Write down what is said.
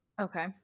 Okay